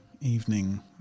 evening